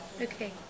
Okay